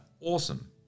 Awesome